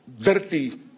dirty